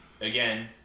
again